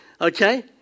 Okay